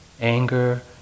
anger